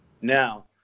Now